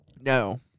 No